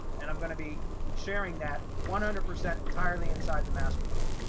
and i'm going to be sharing that one hundred percent entirely inside the mastermind.